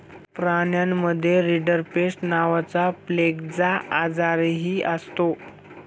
प्राण्यांमध्ये रिंडरपेस्ट नावाचा प्लेगचा आजारही असतो